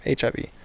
HIV